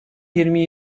yirmi